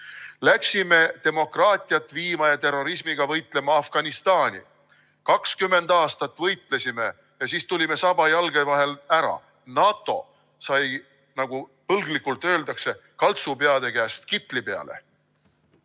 Läksime demokraatiat viima ja terrorismiga võitlema Afganistani. 20 aastat võitlesime ja siis tulime, saba jalge vahel, ära. NATO sai, nagu põlglikult öeldakse, kaltsupeade käest kitli peale.